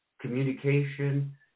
communication